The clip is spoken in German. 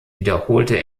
wiederholte